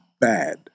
bad